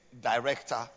director